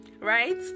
right